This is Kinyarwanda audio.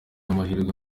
amahirwe